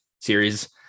series